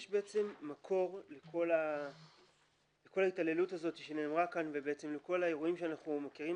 יש מקור לכל ההתעללות שנאמרה כאן ולכל האירועים שאנחנו מכירים